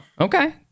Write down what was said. Okay